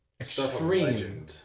extreme